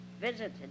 visited